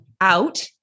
out